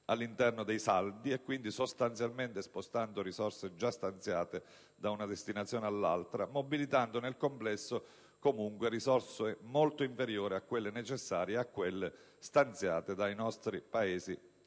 all'interno dei saldi e quindi sostanzialmente spostando risorse già stanziate da una destinazione all'altra, mobilitando nel complesso risorse molto inferiori a quelle necessarie e a quelle stanziate dai nostri Paesi *partner*: